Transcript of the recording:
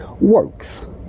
works